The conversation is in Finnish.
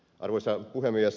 arvoisa puhemies